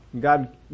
God